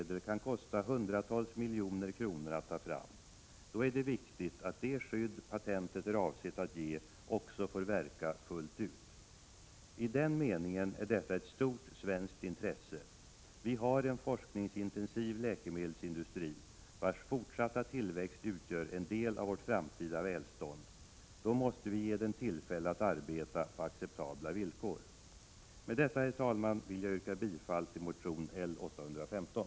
Det kan kosta hundratals miljoner kronor att ta fram ett nytt läkemedel. Därför är det viktigt att det skydd som patentet är avsett att ge också får verka fullt ut. I den meningen är detta ett stort svenskt intresse. Vi har en forskningsintensiv läkemedelsindustri, vars fortsatta tillväxt utgör en del av vårt framtida välstånd. Därför måste vi ge den tillfälle att arbeta på acceptabla villkor. Med detta, herr talman, yrkar jag bifall till motion L815.